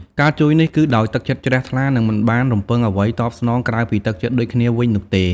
ការជួយនេះគឺដោយទឹកចិត្តជ្រះថ្លា និងមិនបានរំពឹងអ្វីតបស្នងក្រៅពីទឹកចិត្តដូចគ្នាវិញនោះទេ។